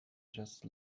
just